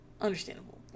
Understandable